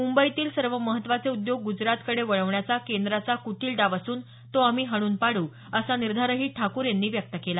मुंबईतील सर्व महत्त्वाचे उद्योग गुजरातकडे वळवण्याचा केंद्राचा कुटील डाव असून तो आम्ही हाणून पाडू असा निर्धारही ठाकूर यांनी व्यक्त केला